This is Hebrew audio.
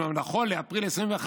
אולם נכון לאפריל 2021,